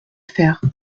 faire